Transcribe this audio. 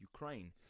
Ukraine